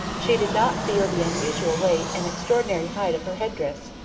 she did not feel the unusual weight and extraordinary height of her head-dress.